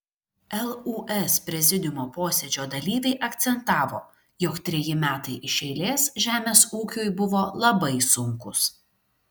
lūs prezidiumo posėdžio dalyviai akcentavo jog treji metai iš eilės žemės ūkiui buvo labai sunkūs